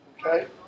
Okay